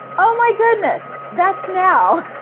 oh my goodness! that's now!